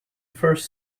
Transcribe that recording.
first